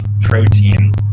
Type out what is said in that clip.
protein